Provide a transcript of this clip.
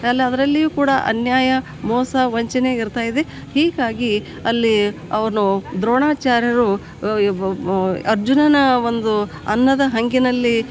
ಅಲ್ಲಿ ಅದರಲ್ಲಿಯೂ ಕೂಡ ಅನ್ಯಾಯ ಮೋಸ ವಂಚನೆ ಇರ್ತಾ ಇದೆ ಹೀಗಾಗಿ ಅಲ್ಲಿ ಅವನು ದ್ರೋಣಾಚಾರ್ಯರು ಅರ್ಜುನನ ಒಂದು ಅನ್ನದ ಹಂಗಿನಲ್ಲಿ